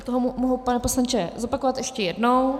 Já to mohu, pane poslanče, zopakovat ještě jednou.